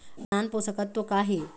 नान पोषकतत्व का हे?